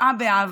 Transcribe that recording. תשעה באב